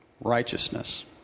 Righteousness